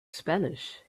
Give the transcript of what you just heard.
spanish